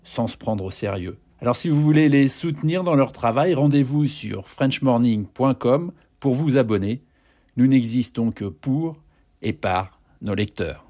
sans se prendre au sérieux. Alors, si vous voulez les soutenir dans leur travail, rendez-vous sur frenchmorning.com pour vous abonner. Nous n'existons que pour et par nos lecteurs.